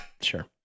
sure